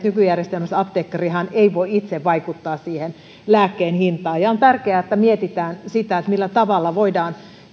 että nykyjärjestelmässä apteekkari ei voi itse vaikuttaa siihen lääkkeen hintaan ja ja on tärkeää että mietitään sitä millä tavalla voidaan